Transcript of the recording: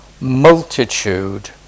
multitude